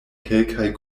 kelkaj